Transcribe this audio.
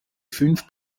fünf